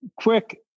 quick